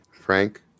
Frank